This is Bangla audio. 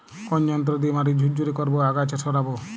কোন যন্ত্র দিয়ে মাটি ঝুরঝুরে করব ও আগাছা সরাবো?